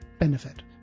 benefit